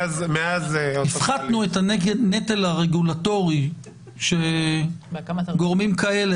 הפחתנו את הנטל הרגולטורי שגורמים כאלה